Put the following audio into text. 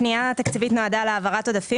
הפנייה התקציבית נועדה להעברת עודפים